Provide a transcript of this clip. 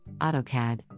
AutoCAD